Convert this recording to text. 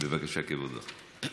בבקשה, כבודו.